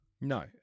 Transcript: No